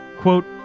quote